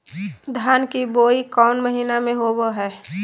धान की बोई कौन महीना में होबो हाय?